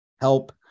help